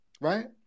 right